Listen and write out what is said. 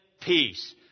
peace